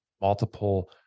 multiple